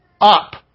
up